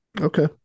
Okay